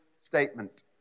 statement